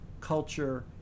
culture